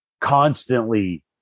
constantly